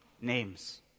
names